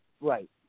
Right